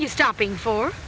you stopping for